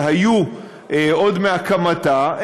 שהיו עוד מהקמתה,